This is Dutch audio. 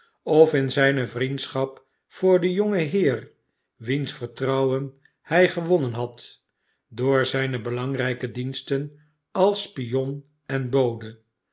of ni zijne vnendschap voor den jongen heer wiens vertrouwen hij gewonnen had door zijne belangrijke diensten als spion en bode